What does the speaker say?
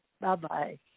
bye-bye